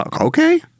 Okay